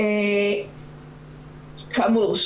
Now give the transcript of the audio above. כאמור,